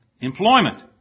employment